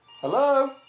Hello